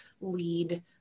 lead